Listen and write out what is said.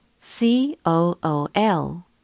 C-O-O-L